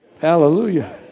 Hallelujah